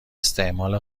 استعمال